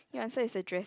your answer is a dress